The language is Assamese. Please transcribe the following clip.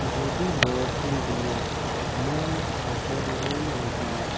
যদি বৰষুণ দিয়ে মই চাকৰিলৈ নাযাওঁ